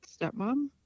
stepmom